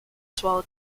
swallow